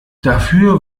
dafür